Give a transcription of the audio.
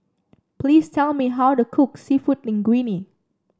please tell me how to cook seafood Linguine